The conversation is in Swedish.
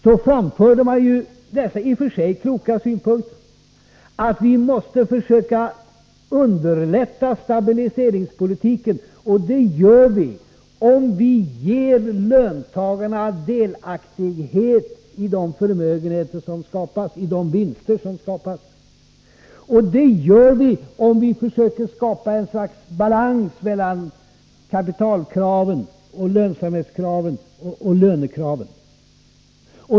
Då framförde man dessa i och för sig kloka synpunkter om att vi måste försöka underlätta stabiliseringspolitiken. Det gör vi, om vi ger löntagarna delaktighet i de förmögenheter och vinster som skapas. Det gör vi, om vi försöker skapa ett slags balans mellan kapitalkraven, lönsamhetskraven och lönekraven.